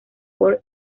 por